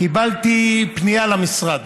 קיבלתי פנייה למשרד